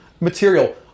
material